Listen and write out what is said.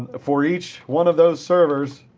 ah for each one of those servers,